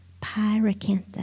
pyracantha